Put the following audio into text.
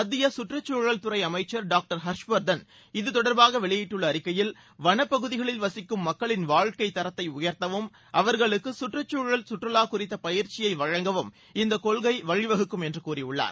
மத்திய சுற்றுச்சூழல் துறை அமைச்சர் டாக்டர் ஹர்ஷ்வர்தன் இது தொடர்பாக வெளியிட்டுள்ள அறிக்கையில் வனப்பகுதிகளில் வசிக்கும் மக்களின் வாழ்க்கைத் தரத்தை உயர்த்தவும் அவர்களுக்கு சுற்றுச்சூழல் சுற்றுலா குறித்த பயிற்சியை வழங்கவும் இந்த கொள்கை வழிவகுக்கும் என்று கூறியுள்ளார